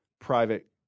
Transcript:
private